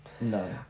No